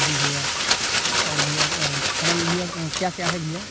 जी भैया और भैया खाना में भैया क्या क्या है भैया